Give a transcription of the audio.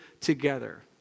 together